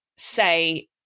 say